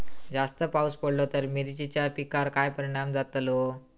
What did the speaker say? जास्त पाऊस पडलो तर मिरचीच्या पिकार काय परणाम जतालो?